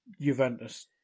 Juventus